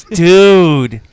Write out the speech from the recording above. dude